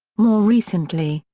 more recently,